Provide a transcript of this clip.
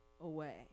away